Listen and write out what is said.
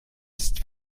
ist